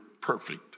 perfect